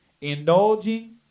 Indulging